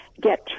get